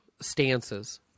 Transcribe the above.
stances—